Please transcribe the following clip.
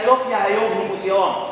איה סופיה היום הוא מוזיאון.